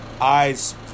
eyes